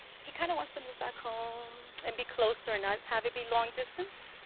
he kinda wants to move back home, and be closer. and not have it be long-distance.